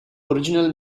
original